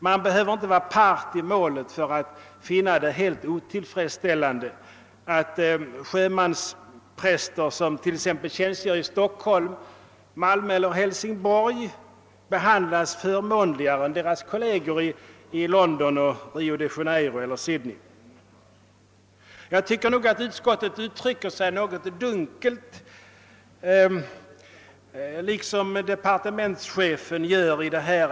Man behöver inte vara part i målet för att finna det helt otillfredsställande, att de sjömanspräster som t.ex. tjänstgör i Stockholm, Malmö eller Hälsingborg behandlas förmånligare än sina kolleger i London, Rio de Janeiro eller Sydney. Jag tycker att utskottet liksom departementschefen uttrycker sig något dunkelt i detta ärende. Utskottet skriver nämligen bla.